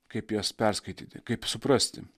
kaip jas perskaityti kaip suprasti